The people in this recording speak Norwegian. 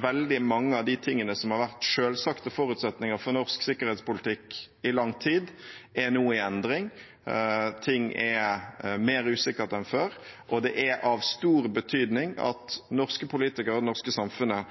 Veldig mange av de tingene som har vært selvsagte forutsetninger for norsk sikkerhetspolitikk i lang tid, er nå i endring. Ting er mer usikre enn før, og det er av stor betydning at norske politikere og det norske samfunnet